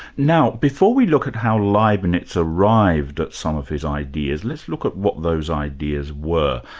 now before we look at how leibnitz arrived at some of his ideas, let's look at what those ideas were.